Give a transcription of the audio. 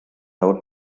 out